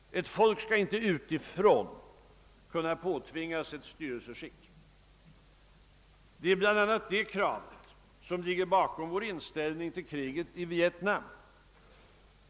Ett folk skall inte utifrån kunna påtvingas ett styrelseskick. Det är bl.a. det kravet som ligger bakom vår inställning till kriget i Vietnam.